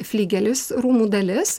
flygelis rūmų dalis